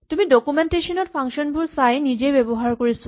তুমি ডকুমেন্টেচন ত ফাংচন বোৰ চাই নিজে ব্যৱহাৰ কৰি চোৱা